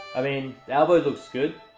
i mean, the elbow looks good.